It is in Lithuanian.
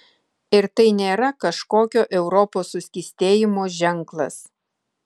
ir tai nėra kažkokio europos suskystėjimo ženklas